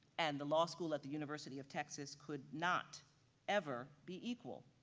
and the law school at the university of texas could not ever be equal,